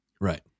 Right